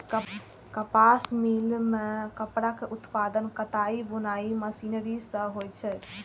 कपास मिल मे कपड़ाक उत्पादन कताइ बुनाइ मशीनरी सं होइ छै